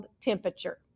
temperature